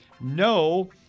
no